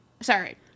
Sorry